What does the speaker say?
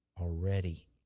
already